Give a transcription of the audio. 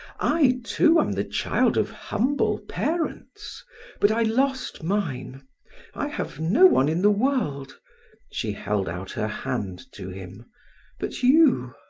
i, too, am the child of humble parents but i lost mine i have no one in the world she held out her hand to him but you.